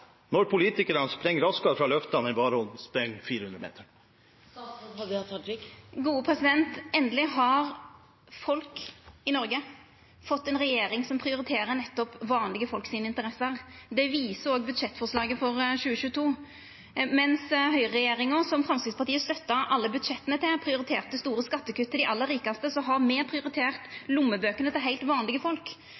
når politikerne springer raskere fra løftene enn Warholm springer 400 meter? Endeleg har folk i Noreg fått ei regjering som prioriterer nettopp interessene til vanlege folk. Det viser òg budsjettforslaget for 2022. Mens høgreregjeringa, som Framstegspartiet støtta alle budsjetta til, prioriterte store skattekutt til dei aller rikaste, har me prioritert